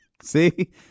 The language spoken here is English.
See